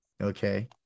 Okay